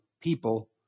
people